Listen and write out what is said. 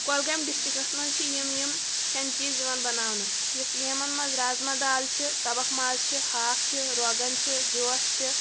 کۄلگامہِ ڈِسٹرٛکَس منٛز چھِ یِم یِم کھٮ۪نہٕ چیٖز یِوان بَناونہٕ یُتھ یِمَن منٛز رَزما دال چھِ تَبَکھ ماز چھِ ہاکھ چھِ رونٛگَن چھِ چھِ